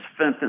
fentanyl